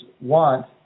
want